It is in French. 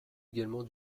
également